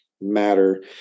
matter